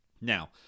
Now